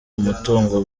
umutungo